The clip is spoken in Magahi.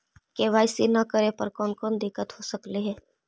के.वाई.सी न करे पर कौन कौन दिक्कत हो सकले हे?